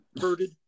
Herded